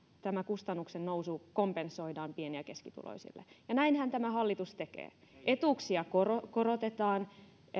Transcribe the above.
tämä kustannustennousu kompensoidaan pieni ja keskituloisille ja näinhän tämä hallitus tekee etuuksia korotetaan korotetaan